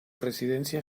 residencia